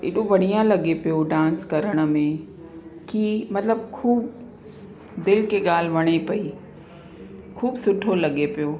एॾो बढ़िया लॻे पियो डांस करण में की मतिलब खू दिलि खे ॻाल्हि वणे पई ख़ूबु सुठो लॻे पियो